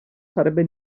sarebbe